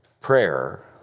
prayer